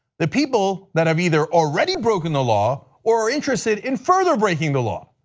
the people that have either already broken the law or are interested in further breaking the law.